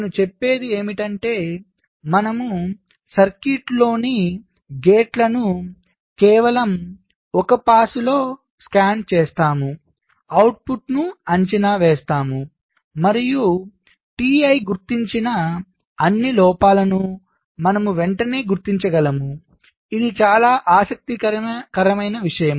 నేను చెప్పేది ఏమిటంటే మనము సర్క్యూట్లోని గేట్లను కేవలం ఒక పాస్లో స్కాన్ చేస్తాము అవుట్పుట్ను అంచనా వేస్తాము మరియు Ti గుర్తించిన అన్ని లోపాలను మనము వెంటనే గుర్తించగలము ఇది చాలా ఆసక్తికరమైన విషయం